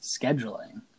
scheduling